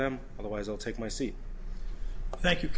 them otherwise i'll take my seat thank you